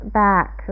back